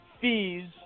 fees